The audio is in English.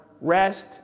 rest